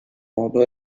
modo